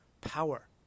power